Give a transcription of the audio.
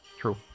True